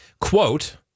Quote